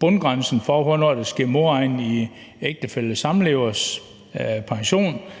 bundgrænsen for, hvornår der skal ske modregning i ægtefælles eller samlevers pension,